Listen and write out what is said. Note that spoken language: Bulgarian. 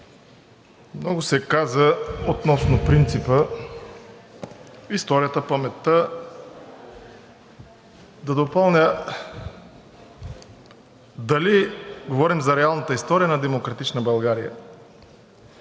Много се каза относно принципа, историята, паметта. Да допълня, дали говорим за реалната история на демократична България?